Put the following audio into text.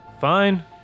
Fine